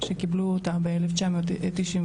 שקיבלו אותה ב-1998.